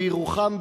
בירוחם,